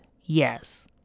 yes